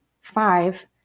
five